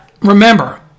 remember